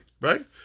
right